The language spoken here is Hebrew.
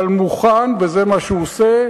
אבל מוכן, וזה מה שהוא עושה,